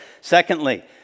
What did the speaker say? Secondly